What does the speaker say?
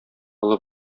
олы